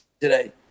today